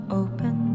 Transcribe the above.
open